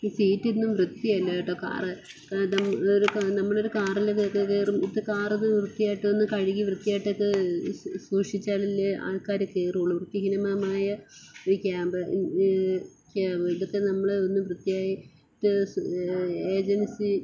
ഈ സീറ്റ് ഒന്നും വൃത്തിയല്ല കേട്ടോ കാർ കാ ദം ഒരു കാ നമ്മളൊരു കാറില് നിന്നൊക്കെ കയറും കാർ ഇത് വൃത്തിയായിട്ടൊന്ന് കഴുകി വൃത്തിയായിട്ടൊക്കെ സൂക്ഷിച്ചാലല്ലേ ആൾക്കാർ കയറുള്ളൂ വൃത്തിഹീനമായ ഒരു ക്യാബ് ക്യാ ഇതൊക്കെ നമ്മൾ ഒന്ന് വൃത്തിയായിട്ട് സ് ഏജൻസി